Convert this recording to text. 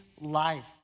life